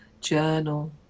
Journal